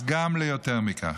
גם ליותר מכך.